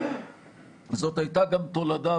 זו הייתה גם תולדה,